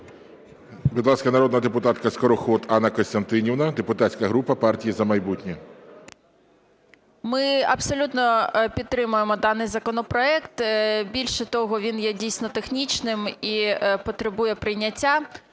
Будь ласка, народна депутатка Скороход Анна Костянтинівна, депутатська група "За майбутнє". 12:36:21 СКОРОХОД А.К. Ми абсолютно підтримуємо даний законопроект. Більше того, він є дійсно технічним і потребує прийняття.